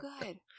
good